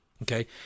Okay